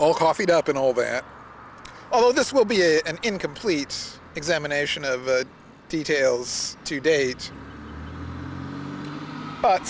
all coffee up and all that oh this will be an incomplete examination of details to date but